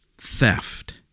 theft